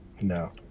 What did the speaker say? No